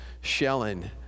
shelling